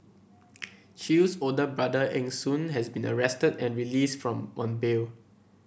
Chew's older brother Eng Soon has been arrested and released from on bail